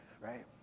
right